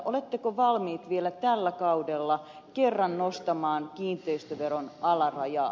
oletteko valmiita vielä tällä kaudella kerran nostamaan kiinteistöveron alarajaa